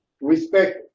respect